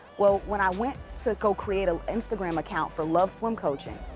well, when i went to go create a instagram account for love swim coaching,